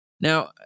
Now